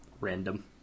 Random